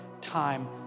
time